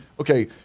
okay